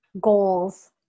goals